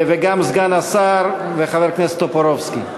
גם סגן השר וחבר הכנסת טופורובסקי,